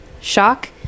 shock